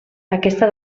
aquesta